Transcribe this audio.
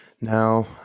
Now